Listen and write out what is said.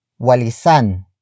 walisan